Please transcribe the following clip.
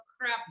crap